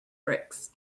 bricks